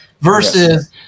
versus